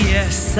Yes